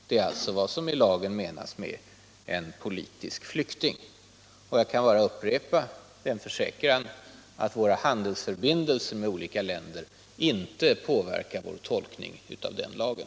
Det är alltså vad som i lagen menas med en politisk flykting. Jag kan bara upprepa min försäkran att våra handelsförbindelser med olika länder inte påverkar vår tolkning av den lagen.